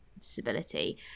disability